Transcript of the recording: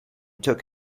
took